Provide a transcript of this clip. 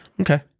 Okay